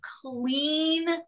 clean